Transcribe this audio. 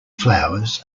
flowers